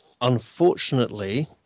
unfortunately